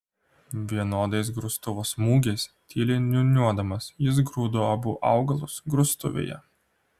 vienodais grūstuvo smūgiais tyliai niūniuodamas jis grūdo abu augalus grūstuvėje